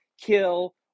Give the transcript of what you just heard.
kill